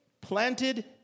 planted